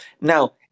now